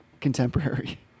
contemporary